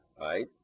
right